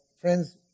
friends